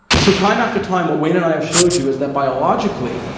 so time after time, what wayne and i have showed you is that biologically,